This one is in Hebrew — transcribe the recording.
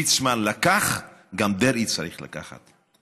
ליצמן לקח, אז גם דרעי צריך לקחת.